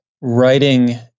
writing